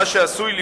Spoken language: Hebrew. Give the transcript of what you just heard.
מה שעשוי לפגוע,